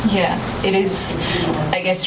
yeah it is i guess